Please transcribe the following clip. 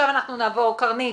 בבקשה, קרנית.